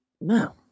No